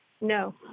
No